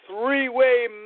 three-way